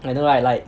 I know right